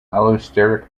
allosteric